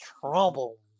trouble